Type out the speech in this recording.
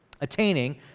attaining